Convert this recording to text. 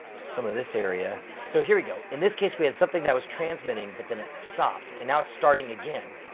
some of this area. so here we go, in this case we had something that was transmitting but then it stopped, and now it's starting again.